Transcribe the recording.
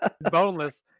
Boneless